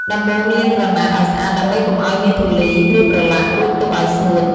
ដំបូងលាងក្រណាត់ អោយស្អាតដើម្បីកុំអោយមានធូលី ឬប្រឡាក់ រួចទុកអោយស្ងួត។